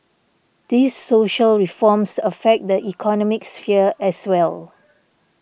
these social reforms affect the economic sphere as well